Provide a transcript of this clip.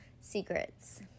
secrets